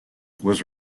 was